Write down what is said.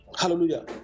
hallelujah